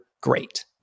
great